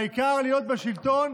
העיקר להיות בשלטון,